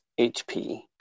HP